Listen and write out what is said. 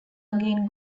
again